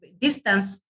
distance